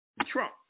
Trump